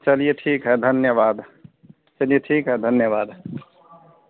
चलिए ठीक है धन्यवाद चलिए ठीक है धन्यवाद